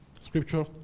scripture